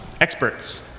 experts